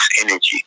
energy